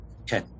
Okay